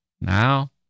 Now